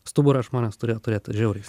stuburą žmonės turėjo turėt žiauriai